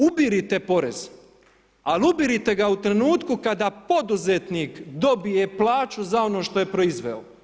Ubirite porez, ali ubirite ga u trenutku, kada poduzetnik dobije plaću za ono što je proizveo.